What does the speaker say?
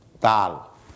tal